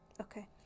okay